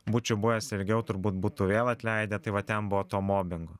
būčiau buvęs ilgiau turbūt būtų vėl atleidę tai va ten buvo to mobingo